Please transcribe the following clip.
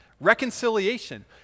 Reconciliation